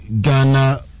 Ghana